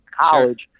college